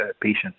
patient's